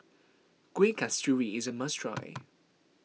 Kueh Kasturi is a must try